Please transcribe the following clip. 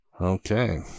Okay